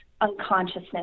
Unconsciousness